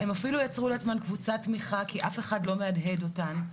הן אפילו יצרו לעצמן קבוצת תמיכה כי אף אחד לא מהדהד אותן.